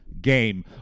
game